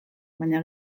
baina